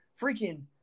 freaking